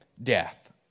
death